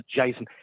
Jason